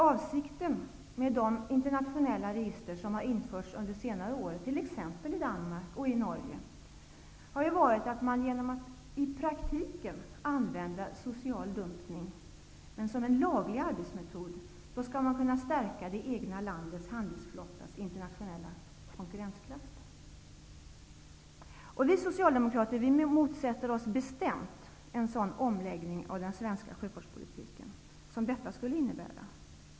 Avsikten med de internationella register som har införts under senare år, t.ex. i Danmark och i Norge, har ju varit att man i form av en laglig arbetsmetod, som i praktiken innebär social dumpning, skall kunna stärka det egna landets handelsflottas internationella konkurrenskraft. Vi Socialdemokrater motsätter oss bestämt en sådan omläggning av den svenska sjöfartspolitiken som detta skulle innebära.